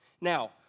Now